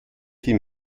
die